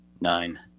nine